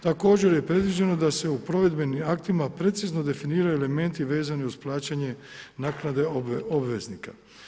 Također je predviđeno da se u provedbenim aktima precizno definiraju elementi vezani uz plaćanje naknade obveznika.